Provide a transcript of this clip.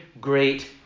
great